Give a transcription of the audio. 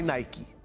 Nike